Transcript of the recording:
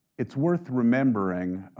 it's worth remembering,